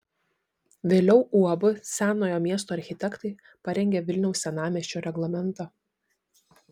vėliau uab senojo miesto architektai parengė vilniaus senamiesčio reglamentą